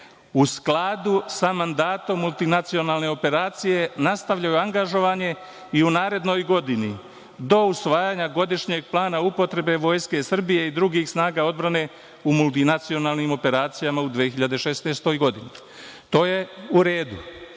u skladu sa mandatom multinacionalne operacije, nastavljaju angažovanje i u narednoj godini, do usvajanja godišnjeg plana upotrebe Vojske Srbije i drugih snaga odbrane u multinacionalnim operacijama u 2016. godini. To je u redu. Oni